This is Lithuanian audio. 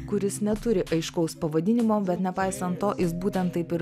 kuris neturi aiškaus pavadinimo bet nepaisant to jis būtent taip ir